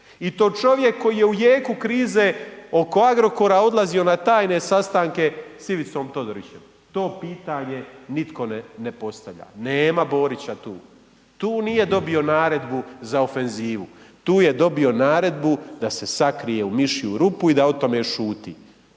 I to čovjek koji je u jeku krize oko Agrokora odlazio na tajne sastanke s Ivicom Todorićem. To pitanje nitko ne postavlja. Nema Borića tu, tu nije dobio naredbu za ofenzivu, tu je dobio naredbu da se sakrije u mišju rupu i da o tome šuti.